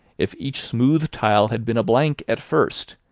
if each smooth tile had been a blank at first,